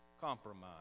Compromise